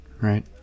right